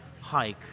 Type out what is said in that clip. hike